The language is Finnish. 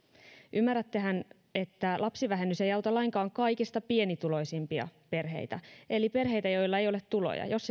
ymmärrättehän että lapsivähennys ei auta lainkaan kaikista pienituloisimpia perheitä eli perheitä joilla ei ole tuloja jos